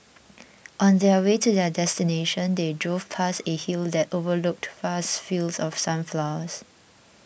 on their way to their destination they drove past a hill that overlooked vast fields of sunflowers